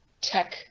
tech